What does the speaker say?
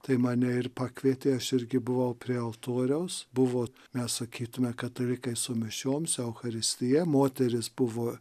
tai mane ir pakvietė aš irgi buvau prie altoriaus buvo mes sakytume katalikai su mišiom su eucharistija moteris buvo